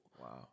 Wow